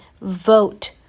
vote